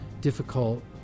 difficult